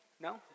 No